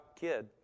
kid